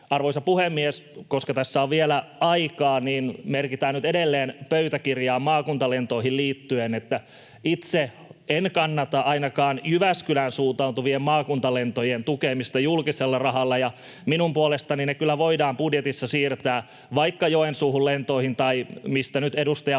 Arvoisa puhemies! Koska tässä on vielä aikaa, niin merkitään nyt edelleen pöytäkirjaan maakuntalentoihin liittyen, että itse en kannata ainakaan Jyväskylään suuntautuvien maakuntalentojen tukemista julkisella rahalla, ja minun puolestani ne kyllä voidaan budjetissa siirtää vaikka Joensuun lentoihin, tai mistä nyt edustaja Hoskonen